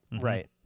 Right